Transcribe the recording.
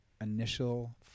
initial